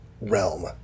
realm